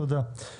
תודה.